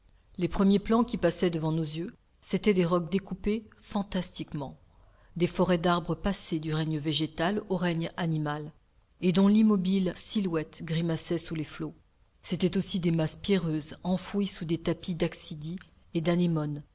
les premiers plans qui passaient devant nos yeux c'étaient des rocs découpés fantastiquement des forêts d'arbres passés du règne végétal au règne animal et dont l'immobile silhouette grimaçait sous les flots c'étaient aussi des masses pierreuses enfouies sous des tapis d'axidies et